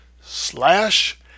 slash